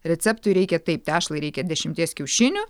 receptui reikia taip tešlai reikia dešimties kiaušinių